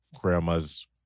grandma's